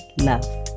love